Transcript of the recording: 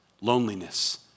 loneliness